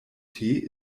tee